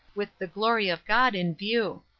with the glory of god in view.